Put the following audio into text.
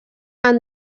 han